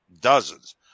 dozens